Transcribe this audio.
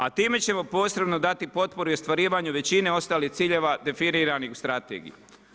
A time ćemo posebno dati potporu i ostvarivanje većine ostalih ciljeva definiranih strategijama.